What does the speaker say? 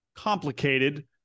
complicated